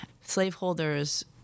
slaveholders